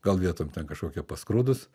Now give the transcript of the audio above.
gal vietom ten kažkokia paskrudus